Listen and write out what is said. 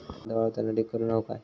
कांदो वाळवताना ढीग करून हवो काय?